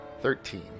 Thirteen